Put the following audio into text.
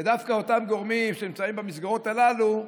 דווקא אותם גורמים שנמצאים במסגרות הללו,